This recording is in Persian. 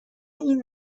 این